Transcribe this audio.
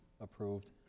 approved